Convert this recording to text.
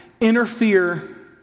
interfere